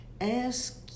Ask